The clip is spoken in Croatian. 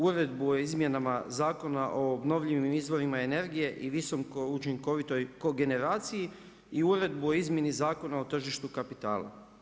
Uredbu o izmjenama Zakona o obnovljivim izvorima energije i visoko učinkovitoj kogeneraciji i Uredbu o izmjeni Zakona o tržištu kapitala.